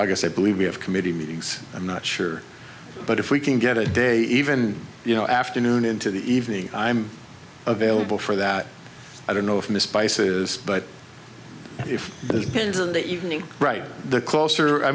august i believe we have committee meetings i'm not sure but if we can get a day even you know afternoon into the evening i'm available for that i don't know if miss bice's but if there's pins of the evening right the closer i